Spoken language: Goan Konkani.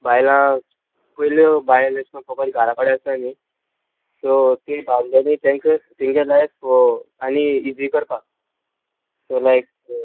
बायलां पयल्यो बायल एश कोन्न फोकोत घरा कडेन आसा न्ही सो ती बांदलोलीं तांकां तांकां लायफ आनी इजी करपाक सो लायक